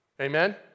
Amen